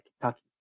Kentucky